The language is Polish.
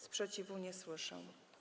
Sprzeciwu nie słyszę.